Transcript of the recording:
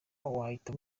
wahita